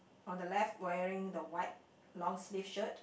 on the left wearing the white long sleeve shirt